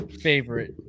favorite